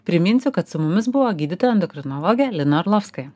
priminsiu kad su mumis buvo gydytoja endokrinologė lina orlovskaja